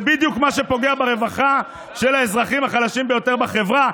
זה בדיוק מה שפוגע ברווחה של האזרחים החלשים ביותר בחברה.